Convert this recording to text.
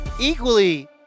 equally